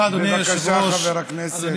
בבקשה חבר הכנסת.